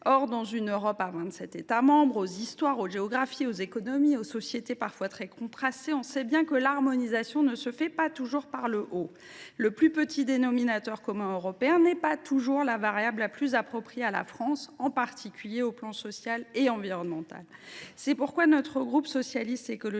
: dans une Europe de vingt sept États membres aux histoires, aux géographies, aux économies et aux sociétés parfois très contrastées, l’harmonisation ne se fait pas toujours par le haut. Or le plus petit dénominateur commun européen n’est pas toujours la variable la plus appropriée à la France, en particulier en matière sociale et environnementale.